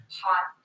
hot